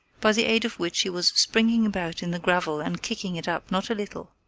by the aid of which he was springing about in the gravel and kicking it up not a little.